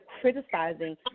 criticizing